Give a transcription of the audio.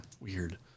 Weird